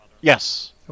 Yes